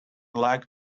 like